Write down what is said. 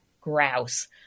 grouse